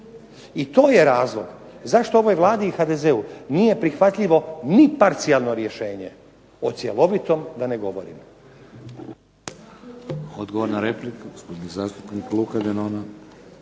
I to je razlog zašto ovoj Vladi i HDZ-u nije prihvatljivo ni parcijalno rješenje, o cjelovitom da ne govorim.